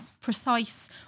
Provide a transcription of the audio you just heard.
precise